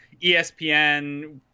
ESPN